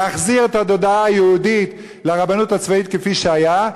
להחזיר את התודעה היהודית לרבנות הצבאית כפי שהיה,